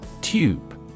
Tube